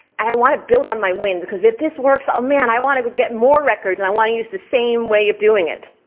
and i wanna build on my win, because if this works, oh man i wanna get more records and i wanna use the same way of doing it.